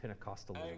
Pentecostalism